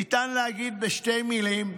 ניתן להגיד בשתי מילים,